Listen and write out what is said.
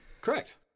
correct